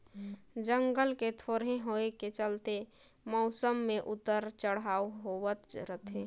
जंगल के थोरहें होए के चलते मउसम मे उतर चढ़ाव होवत रथे